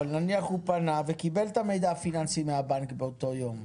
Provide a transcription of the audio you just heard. נניח הוא פנה וקיבל את המידע הפיננסי מהבנק באותו יום.